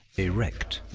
erect,